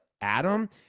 Adam